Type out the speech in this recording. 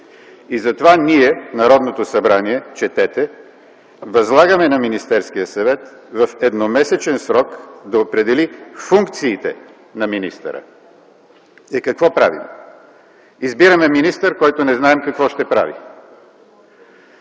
И затова ние – Народното събрание, четете: „Възлагаме на Министерския съвет в едномесечен срок да определи функциите на министъра”. Е, какво правим? Избираме министър, който не знаем какво ще прави?!